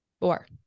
four